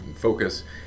focus